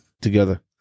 together